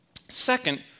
Second